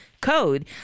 code